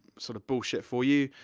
sort of bullshit for you.